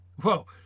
Whoa